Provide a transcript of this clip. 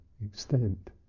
extent